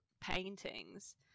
paintings